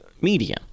media